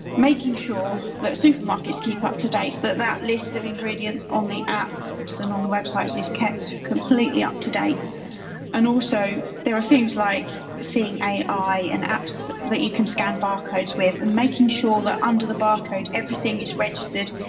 making sure that supermarkets keep up to date, that that list of ingredients on the apps so and on the websites is kept completely up to date and also there are things like seeing ai ai and apps that you can scan barcodes with and making sure that under the barcode everything is registered,